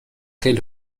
خیلی